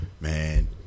man